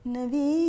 Navi